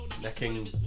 necking